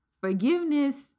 forgiveness